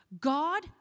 God